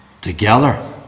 together